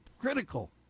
critical